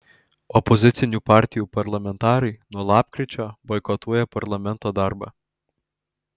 opozicinių partijų parlamentarai nuo lapkričio boikotuoja parlamento darbą